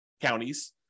counties